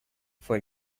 fue